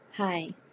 Hi